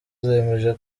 zemeje